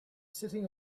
sitting